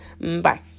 Bye